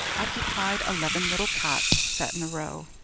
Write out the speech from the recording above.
occupied eleven little cots set in a row.